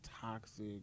toxic